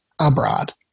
abroad